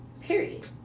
Period